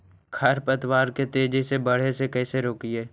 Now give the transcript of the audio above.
खर पतवार के तेजी से बढ़े से कैसे रोकिअइ?